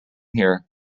here